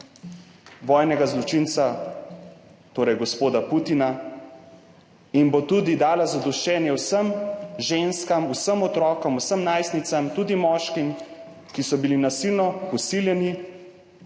vojnega zločinca, torej gospoda Putina in bo tudi dala zadoščenje vsem ženskam, vsem otrokom, vsem najstnicam, tudi moškim, ki so bili nasilno posiljeni,